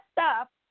up